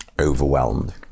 overwhelmed